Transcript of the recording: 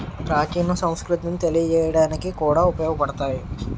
ప్రాచీన సంస్కృతిని తెలియజేయడానికి కూడా ఉపయోగపడతాయి